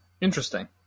Interesting